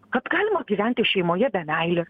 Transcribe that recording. kad galima gyventi šeimoje be meilės